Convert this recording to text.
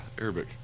Arabic